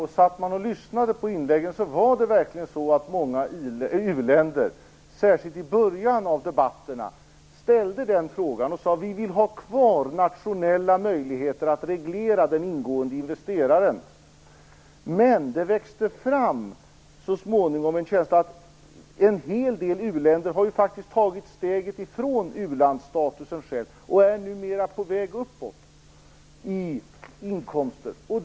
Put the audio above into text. Herr talman! Det är verkligen en berättigad fråga. Lyssnade man på inläggen var det verkligen många uländer, särskilt i början av debatterna, som ställde den frågan och sade: Vi vill ha kvar nationella möjligheter att reglera den ingående investeraren. Men det växte så småningom fram en känsla av att en hel del uländer faktiskt har tagit steget ifrån u-landsstatusen och numera är på väg uppåt i inkomster.